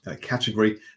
category